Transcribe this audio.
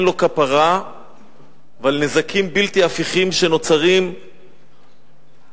לו כפרה ועל נזקים בלתי הפיכים שנוצרים לנפגע,